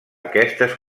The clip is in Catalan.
aquestes